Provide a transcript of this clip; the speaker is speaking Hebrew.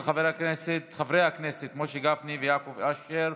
של חברי הכנסת משה גפני ויעקב אשר.